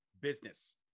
business